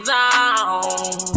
Zone